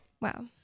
Wow